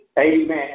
Amen